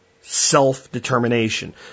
self-determination